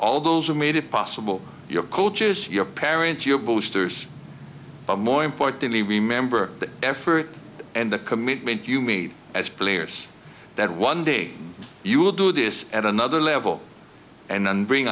all those who made it possible your coaches your parents your boosters but more importantly remember the effort and the commitment you meet as players that one day you will do this at another level and then bring